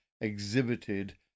exhibited